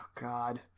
God